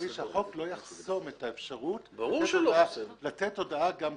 אני רוצה להדגיש שהחוק לא יחסום את האפשרות לתת הודעה גם קודם.